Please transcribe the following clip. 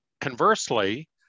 conversely